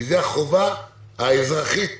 כי זו החובה האזרחית